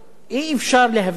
אי-אפשר להבדיל